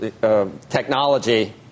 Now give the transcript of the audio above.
technology